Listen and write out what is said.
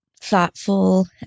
thoughtful